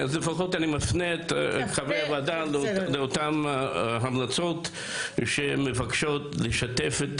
לפחות אני מפניה את חברי הוועדה לאותן המלצות שמבקשות לשתף את